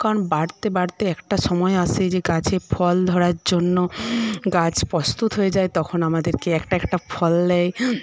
কারণ বাড়তে বাড়তে একটা সময় আসে যে গাছে ফল ধরার জন্য গাছ প্রস্তুত হয়ে যায় তখন আমাদেরকে একটা একটা ফল দেয়